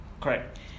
Correct